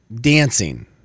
dancing